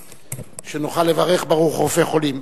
שנוכל לברך "ברוך רופא חולים".